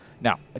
Now